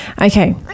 Okay